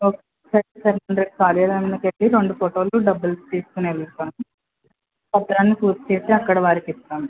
okay సరే sir రేపు ఖాళీ టైంలో చెప్పి రెండు ఫోటోలు డబ్బులు తీసుకునెళ్తాను పత్రాలను పూర్తిచేసి అక్కడ వారికిస్తాను